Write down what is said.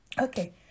okay